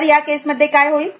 तर या केस मध्ये काय होईल